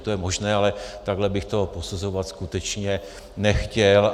To je možné, ale takhle bych to posuzovat skutečně nechtěl.